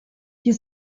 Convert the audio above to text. you